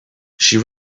she